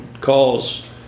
calls